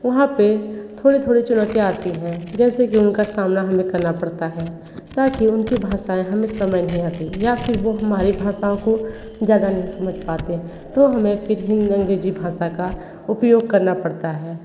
वहाँ पे थोड़े थोड़े चुनौतियाँ आती हैं जैसे कि उनका सामना हमें करना पड़ता है ताकि उनकी भाषाएं हमें समझ नहीं आती या फ़िर वो हमारी भाषाओं को ज़्यादा नहीं समझ पाते तो हमें फ़िर हीन अंग्रेज़ी भाषा का उपयोग करना पड़ता है